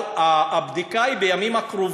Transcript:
אבל הבדיקה היא, בימים הקרובים